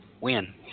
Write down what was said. Win